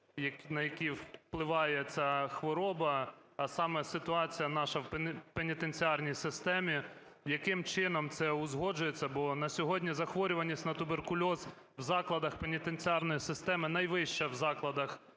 на яких впливає ця хвороба, а саме ситуація наша в пенітенціарній системі. Яким чином це узгоджується, бо на сьогодні захворюваність на туберкульоз в закладах пенітенціарної системи найвища в закладах